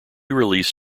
release